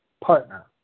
partner